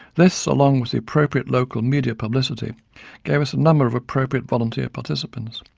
this along with the appropriate local media publicity gave us a number of appropriate volunteer participants.